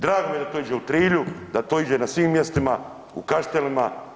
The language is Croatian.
Drago mi je da to ide u Trilju, da to ide na svim mjestima, u Kaštelima.